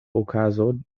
okazo